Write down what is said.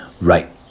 right